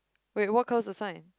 wait what colour is the sign